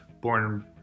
born